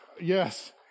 yes